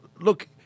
look